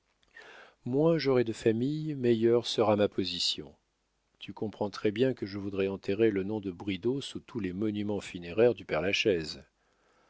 moins j'aurai de famille meilleure sera ma position tu comprends très-bien que je voudrais enterrer le nom de bridau sous tous les monuments funéraires du père-lachaise